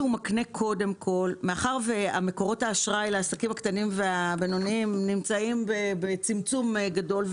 מאחר ומקורות האשראי לעסקים הקטנים והבינוניים נמצאים בצמצום גדול,